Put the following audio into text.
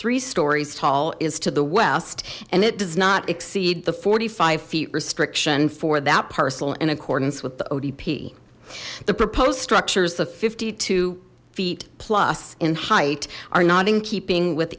three storeys tall is to the west and it does not exceed the forty five feet restriction for that parcel in accordance with the odp the proposed structures of fifty two feet plus in height are not in keeping with